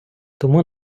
тому